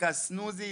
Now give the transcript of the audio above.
מרכז סנוזי,